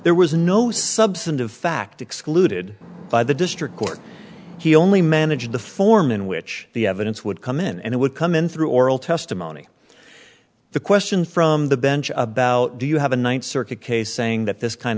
there was no substantive fact excluded by the district court he only managed the form in which the evidence would come in and it would come in through oral testimony the question from the bench about do you have a ninth circuit case saying that this kind